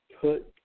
put